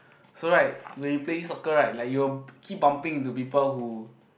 so right when you play soccer right like you'll keep bumping into people who